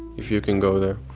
if you can go there.